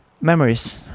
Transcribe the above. Memories